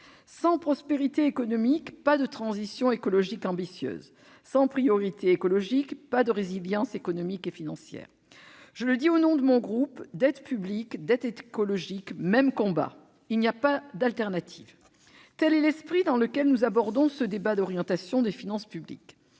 sans prospérité économique, pas de transition écologique ambitieuse ; sans priorité écologique, pas de résilience économique et financière. Je le dis au nom de mon groupe : dette publique, dette écologique, même combat ! Il n'y a pas d'alternative. Tel est l'esprit dans lequel nous abordons ce débat d'orientation des finances publiques.